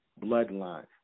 Bloodline